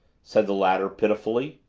said the latter pitifully.